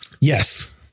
Yes